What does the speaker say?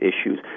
issues